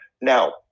Now